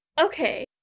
Okay